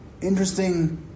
interesting